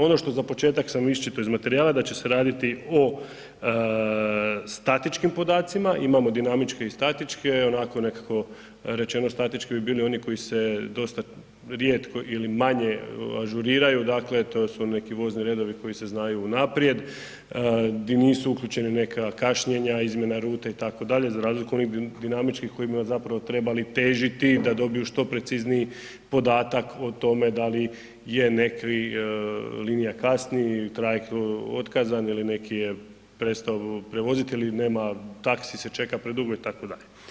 Ono što za početak sam isčito iz materijala da će se raditi o statičkim podacima, imamo dinamičke i statičke, onako nekako rečeno statički bi bili oni koji se dosta rijetko ili manje ažuriraju, dakle to su neki vozni redovi koji se znaju unaprijed di nisu uključeni neka kašnjenja, izmjena rute itd. za razliku od onih dinamičkih kojima bi zapravo trebali težiti da dobiju što precizniji podatak o tome da li je neka linija kasni, trajekt otkazan ili neki je prestao prevoziti ili nema, taxi se čeka predugo itd.